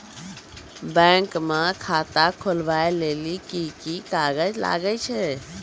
Bank म खाता खोलवाय लेली की की कागज लागै छै?